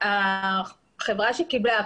החברה שקיבלה,